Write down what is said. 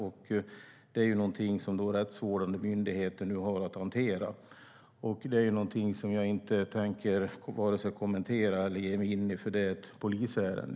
Det är någonting som rättsvårdande myndigheter nu har att hantera, så det tänker jag varken kommentera eller ge mig in i en diskussion om, eftersom det i dag är ett polisärende.